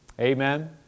Amen